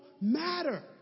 matter